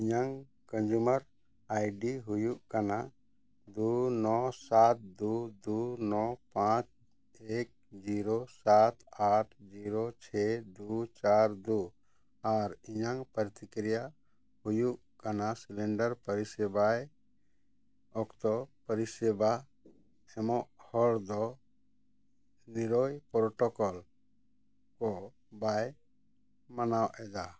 ᱤᱧᱟᱹᱜ consumer ID ᱦᱩᱭᱩᱜ ᱠᱟᱱᱟ ᱫᱩ ᱱᱚ ᱥᱟᱛ ᱫᱩ ᱫᱩ ᱱᱚ ᱯᱟᱸᱪ ᱮᱠ ᱡᱤᱨᱳ ᱥᱟᱛ ᱟᱴ ᱡᱤᱨᱳ ᱪᱷᱮᱭ ᱫᱩ ᱪᱟᱨ ᱫᱩ ᱟᱨ ᱤᱧᱟᱹᱜ ᱯᱚᱨᱛᱤᱠᱨᱤᱭᱟ ᱦᱩᱭᱩᱜ ᱠᱟᱱᱟ ᱥᱤᱞᱮᱱᱰᱟᱨ ᱯᱚᱨᱤᱥᱮᱵᱟᱭ ᱚᱠᱛᱚ ᱯᱚᱨᱤᱥᱮᱵᱟ ᱮᱢᱚᱜ ᱦᱚᱲ ᱫᱚ ᱱᱤᱨᱚᱭ ᱯᱨᱚᱴᱳᱠᱚᱞ ᱠᱚᱭ ᱵᱟᱭ ᱢᱟᱱᱟᱣ ᱮᱫᱟ